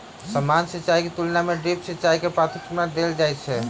सामान्य सिंचाईक तुलना मे ड्रिप सिंचाई के प्राथमिकता देल जाइत अछि